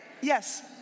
Yes